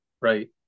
right